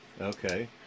Okay